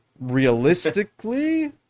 Realistically